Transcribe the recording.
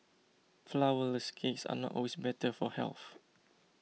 Flourless Cakes are not always better for health